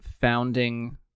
founding